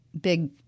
big